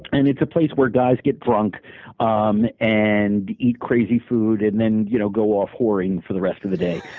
and it's a place where guys get drunk um and eat crazy food and then you know go off whoring for the rest of the day